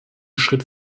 schritt